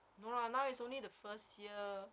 no lah now is only the first year